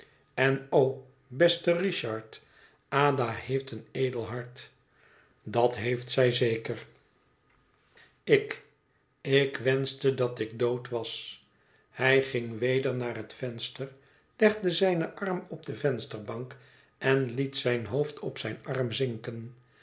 en o beste richard ada heeft een edel hart dat heeft zij zeker ik ik wenschte dat ik dood was hij ging weder naar het venster legde zijn arm op de vensterbank en liet zijn hoofd op zijn arm zinken